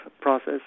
process